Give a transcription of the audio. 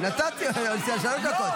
נתתי שלוש דקות.